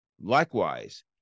Likewise